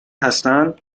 هستن